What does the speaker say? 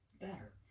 better